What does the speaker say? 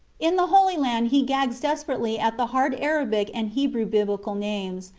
in the holy land he gags desperately at the hard arabic and hebrew biblical names,